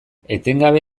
etengabe